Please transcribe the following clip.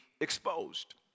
exposed